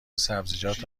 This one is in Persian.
سبزیجات